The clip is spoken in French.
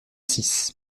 six